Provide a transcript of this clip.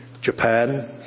Japan